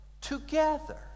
together